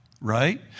right